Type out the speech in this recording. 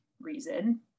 reason